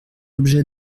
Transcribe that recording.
l’objet